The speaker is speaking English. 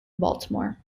baltimore